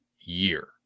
year